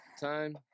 time